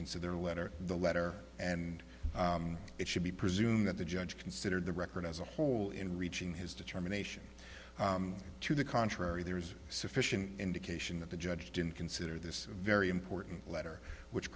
consider a letter the letter and it should be presume that the judge considered the record as a whole in reaching his determination to the contrary there is sufficient indication that the judge didn't consider this a very important letter which